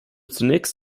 zunächst